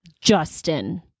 Justin